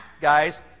guys